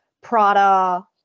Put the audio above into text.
Prada